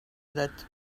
that